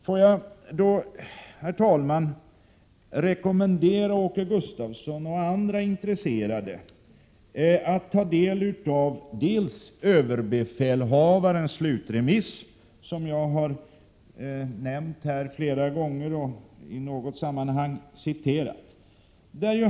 Herr talman! Jag vill rekommendera Åke Gustavsson och andra intresserade att ta del av överbefälhavarens slutremiss, som jag här har nämnt och citerat.